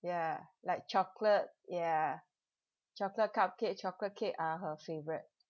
ya like chocolate ya chocolate cupcake chocolate cake are her favourite